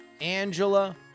Angela